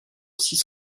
six